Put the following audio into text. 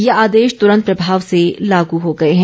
ये आदेश तुरंत प्रभाव से लागू हो गए हैं